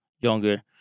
younger